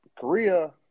Korea